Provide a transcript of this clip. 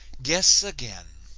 guess again